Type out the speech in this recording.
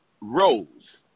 rose